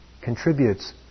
contributes